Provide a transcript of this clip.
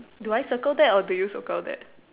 do I circle that or do you circle that